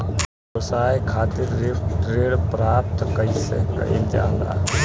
व्यवसाय खातिर ऋण प्राप्त कइसे कइल जाला?